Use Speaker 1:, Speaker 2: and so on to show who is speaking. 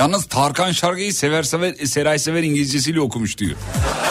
Speaker 1: Yalnız Tarkan şarkıyı Sever Sever- Seray Sever İngilizcesiyle okumuş diyor.